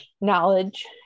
knowledge